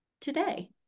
today